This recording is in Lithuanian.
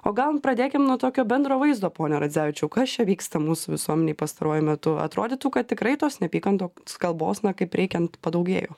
o gal pradėkim nuo tokio bendro vaizdo pone radzevičiau kas čia vyksta mūsų visuomenėj pastaruoju metu atrodytų kad tikrai tos neapykantos kalbos na kaip reikiant padaugėjo